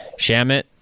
Shamit